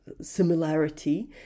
similarity